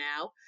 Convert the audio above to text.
now